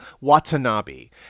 Watanabe